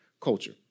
culture